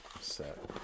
set